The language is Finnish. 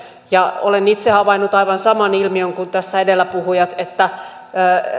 olen itse havainnut aivan saman ilmiön kuin tässä edellä puhuneet että